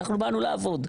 אנחנו באנו לעבוד.